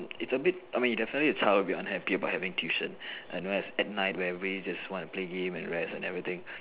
it's a bit I mean it definitely a child will be unhappy about having tuition it no is at night where everybody just wanna play game and rest and everything